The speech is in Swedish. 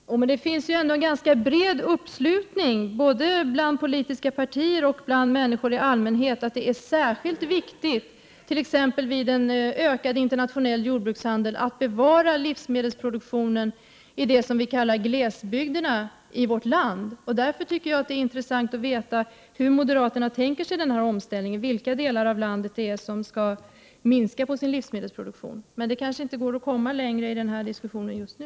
Herr talman! Det finns ändå en ganska bred uppslutning både bland politiska partier och bland människor i allmänhet om att det är särskilt viktigt, t.ex. vid en ökad internationell jordbrukshandel, att bevara livsmedelsproduktionen i det som vi kallar glesbygderna i vårt land. Därför tycker jag att det är intressant att veta hur moderaterna tänker sig denna omställning, dvs. vilka delar av landet som skall minska sin livsmedelsproduktion. Det kanske inte går att komma längre i denna diskussion just nu.